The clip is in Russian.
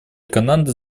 канады